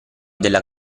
della